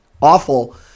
awful